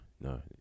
no